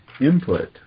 input